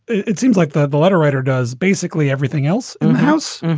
it seems like the valetta writer does basically everything else in the house.